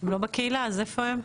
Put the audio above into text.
אז איפה הם?